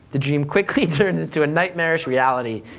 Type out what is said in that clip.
the dream quickly turned into a nightmarish reality,